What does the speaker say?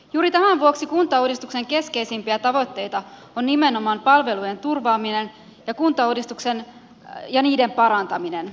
juuri tämän vuoksi kuntauudistuksen keskeisimpiä tavoitteita on nimenomaan palvelujen turvaaminen ja niiden parantaminen